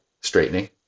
straightening